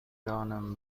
دانم